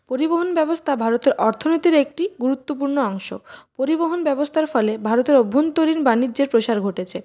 পরিবহণ ব্যবস্থা ভারতের অর্থনীতির একটি গুরুত্বপূর্ণ অংশ পরিবহণ ব্যবস্থার ফলে ভারতের অভ্যন্তরীণ বাণিজ্যের প্রসার ঘটেছে